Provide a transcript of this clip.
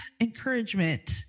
encouragement